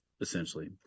essentially